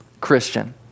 Christian